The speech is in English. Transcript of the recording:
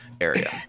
area